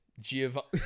Giovanni